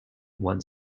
what